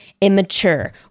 immature